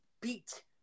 beat